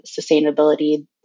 sustainability